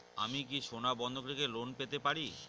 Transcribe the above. আমি কি সোনা বন্ধক রেখে লোন পেতে পারি?